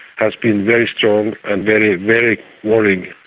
has been very strong and very very worrying.